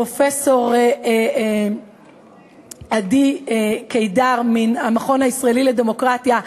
פרופסור עדי קידר מהמכון הישראלי לדמוקרטיה,